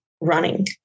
running